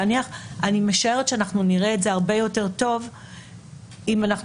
אני משערת שאנחנו נראה הרבה יותר טוב אם אנחנו